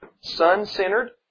sun-centered